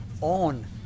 on